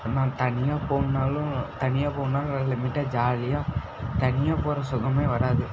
நான் தனியாக போகணுன்னாலும் தனியாக போகணுன்னாலும் நாங்கள் லிமிட்டாக ஜாலியாக தனியாக போகிற சுகமே வராது